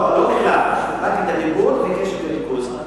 לא בכלל, רק דיבור וקשב וריכוז.